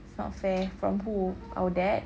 it's not fair from who our dad